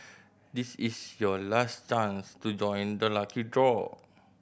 this is your last chance to join the lucky draw